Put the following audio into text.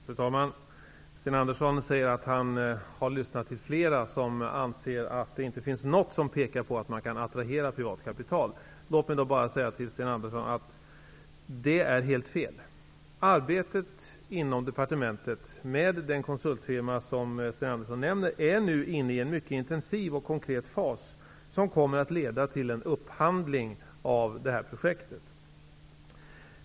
Fru talman! Sten Andersson säger att han har lyssnat till flera som anser att det inte finns något som pekar på att man kan attrahera privatkapital. Låt mig bara säga till Sten Andersson att det är helt fel. Arbetet inom departementet med den konsultfirma som Sten Andersson nämner är nu inne i en mycket intensiv och konkret fas, som kommer att leda till en upphandling av det här projektet.